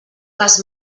les